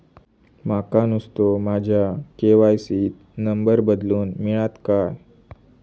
माका नुस्तो माझ्या के.वाय.सी त नंबर बदलून मिलात काय?